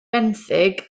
benthyg